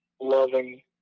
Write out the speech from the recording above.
loving